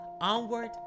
Onward